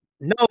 No